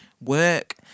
work